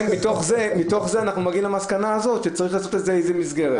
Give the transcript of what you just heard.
מתוך זה אנחנו מגיעים למסקנה שצריך לעשות לזה איזושהי מסגרת.